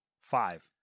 Five